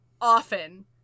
often